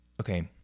okay